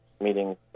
meetings